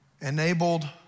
enabled